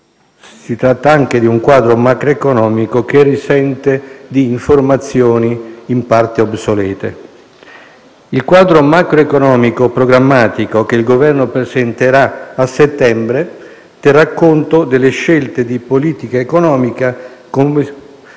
Si tratta anche di un quadro macroeconomico che risente di informazioni in parte obsolete. Il quadro macroeconomico programmatico che il Governo presenterà a settembre terrà conto delle scelte di politica economica, così